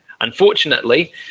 unfortunately